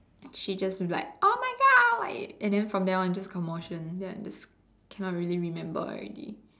she just like oh my God why and then from then on it's just commotion and then I just cannot really remember already